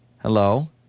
Hello